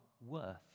worth